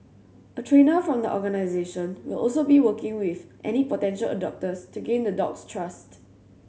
a trainer from the organisation will also be working with any potential adopters to gain the dog's trust